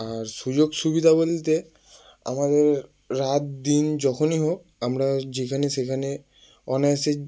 আর সুযোগ সুবিধা বলতে আমাদের রাত দিন যখনই হোক আমরা যেখানে সেখানে অনায়াসে